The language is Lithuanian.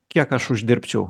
kiek aš uždirbčiau